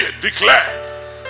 declare